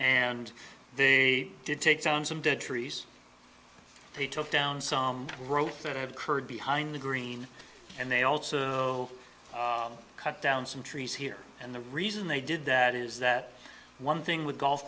and they did take down some dead trees they took down some growth that have occurred behind the green and they also cut down some trees here and the reason they did that is that one thing with golf